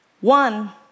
One